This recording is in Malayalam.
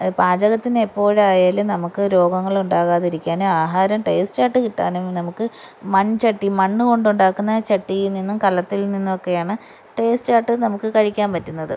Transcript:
പാചകത്തിനെപ്പോഴായാലും നമുക്ക് രോഗങ്ങളുണ്ടാകാതിരിക്കാനും ആഹാരം ടേസ്റ്റായിട്ട് കിട്ടാനും നമുക്ക് മൺച്ചട്ടി മണ്ണുകൊണ്ടുണ്ടാക്കുന്ന ചട്ടീ നിന്നും കലത്തിൽ നിന്നുവക്കെയാണ് ടേസ്റ്റായിട്ട് നമുക്ക് കഴിക്കാൻ പറ്റുന്നത്